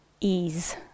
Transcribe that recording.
ease